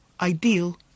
ideal